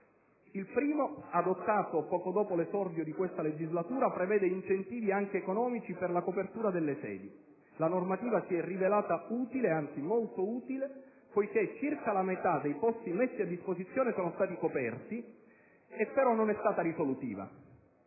Il primo, adottato poco dopo l'esordio di questa legislatura, prevede incentivi anche economici per la copertura delle sedi. La normativa si è rivelata molto utile - poiché circa la metà dei posti messi a disposizione sono stati coperti - ma non è stata risolutiva.